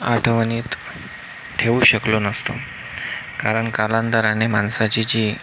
आठवणीत ठेवू शकलो नसतो कारण कालांतराने माणसाची जी